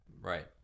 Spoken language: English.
Right